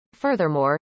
Furthermore